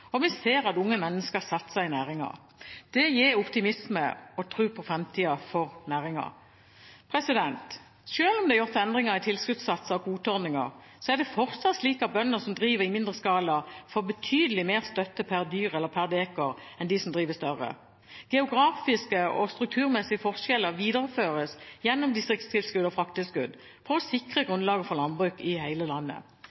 inntektsvekst. Vi ser at unge mennesker satser i næringen. Det gir optimisme og tro på framtida for næringen. Selv om det er gjort endringer i tilskuddssatser og kvoteordninger, er det fortsatt slik at bønder som driver i mindre skala, får betydelig mer støtte per dyr eller per dekar enn dem som driver større. Geografiske og strukturmessige forskjeller videreføres gjennom distriktstilskudd og frakttilskudd for å sikre